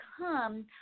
come